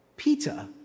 Peter